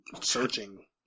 searching